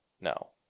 No